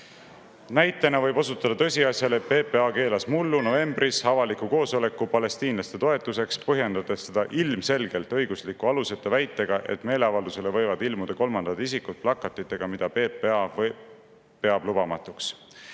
Näitena võib osutada tõsiasjale, et PPA keelas mullu novembris avaliku koosoleku palestiinlaste toetuseks, põhjendades seda ilmselgelt õigusliku aluseta väitega, et meeleavaldusele võivad ilmuda kolmandad isikud plakatitega, mida PPA peab lubamatuks.